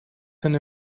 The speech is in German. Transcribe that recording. eine